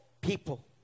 people